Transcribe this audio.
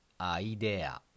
Idea